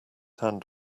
hand